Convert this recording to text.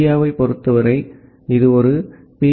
இந்தியாவைப் பொறுத்தவரை இது ஒரு பி